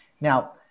Now